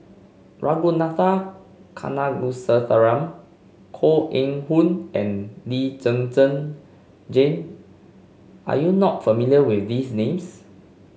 Ragunathar Kanagasuntheram Koh Eng Hoon and Lee Zhen Zhen Jane are you not familiar with these names